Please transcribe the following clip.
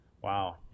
wow